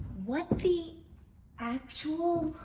what the actual,